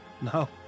No